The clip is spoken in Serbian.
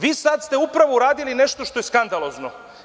Vi ste sad upravo uradili nešto što je skandalozno.